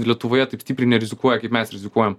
lietuvoje taip stipriai nerizikuoja kaip mes rizikuojam